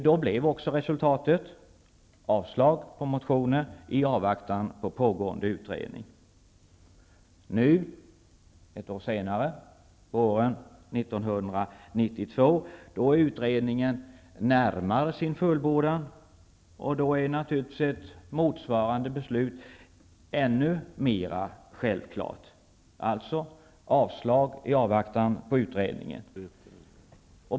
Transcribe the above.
Då blev också resultatet ett avslag på motioner i avvaktan på pågående utredning. Nu ett år senare, våren 1992, då utredningen närmar sig sin fullbordan, är naturligtvis ett motsvarande beslut ännu mer självklart, dvs. avslag i avvaktan på utredningen.